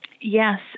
Yes